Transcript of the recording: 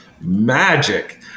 Magic